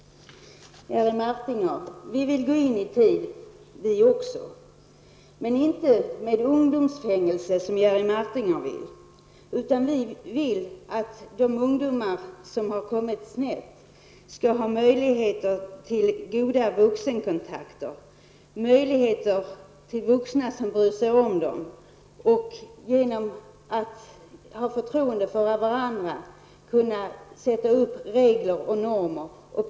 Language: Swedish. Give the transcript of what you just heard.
Vi vill också gå in i tid, Jerry Martinger. Vi vill dock inte ta till ungdomsfängelse, som Jerry Martinger vill. Vi vill att de ungdomar som har kommit snett skall få möjligheter till goda vuxenkontakter. De skall kunna få kontakt med vuxna som bryr sig om dem. Genom att den vuxne och den unge har förtroende för varandra kan man sätta upp regler och normer för ungdomen.